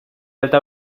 alta